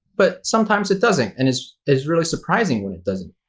but sometimes it doesn't. and it's it's really surprising when it doesn't.